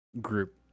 group